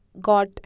got